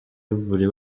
buri